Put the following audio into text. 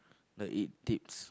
the eat tips